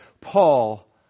Paul